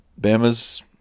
Bama's